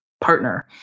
partner